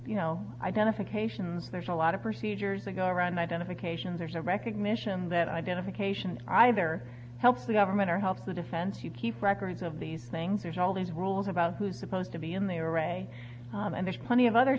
you know identifications there's a lot of procedures that go around identification there's a recognition that identification either helps the government or helps the defense you keep records of these things there's all these rules about who's supposed to be in the array and there's plenty of other